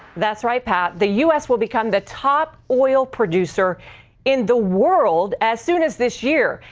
that's right, pat. the u s. will become the top oil producer in the world as soon as this year.